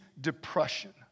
depression